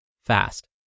fast